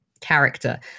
character